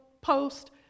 post